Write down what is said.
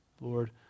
Lord